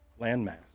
landmass